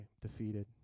Defeated